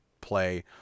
play